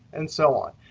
and so on.